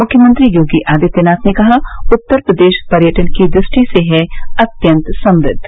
मुख्यमंत्री योगी आदित्यनाथ ने कहा उत्तर प्रदेश पर्यटन की दृष्टि से है अत्यन्त समृद्ध